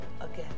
again